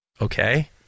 okay